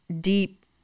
deep